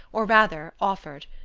or rather, offered.